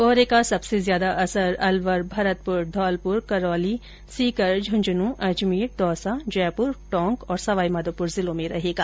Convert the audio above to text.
कोहरे का सबसे ज्यादा असर अलवर भरतपुर धौलपुर करौली सीकर झुंझुनूं अजमेर दौसा जयपुर टोंक और सवाईमाधोपुर जिलों में रहेगा